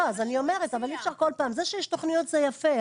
אבל אי אפשר כל פעם --- זה שיש תוכניות זה יפה,